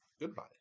goodbye